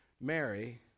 Mary